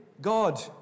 God